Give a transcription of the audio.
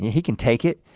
he can take it,